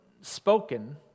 spoken